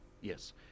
Yes